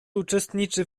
uczestniczy